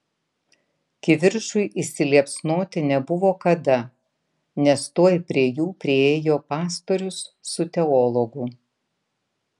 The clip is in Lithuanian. kivirčui įsiliepsnoti nebuvo kada nes tuoj prie jų priėjo pastorius su teologu